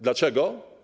Dlaczego?